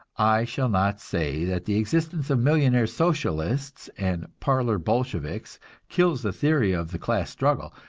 i shall not say that the existence of millionaire socialists and parlor bolsheviks kills the theory of the class struggle,